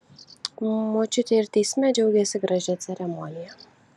močiutė ir teisme džiaugėsi gražia ceremonija